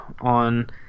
on